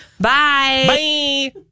Bye